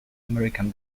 american